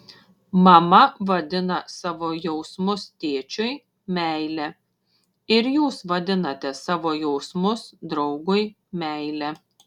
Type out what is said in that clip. mama vadina savo jausmus tėčiui meile ir jūs vadinate savo jausmus draugui meile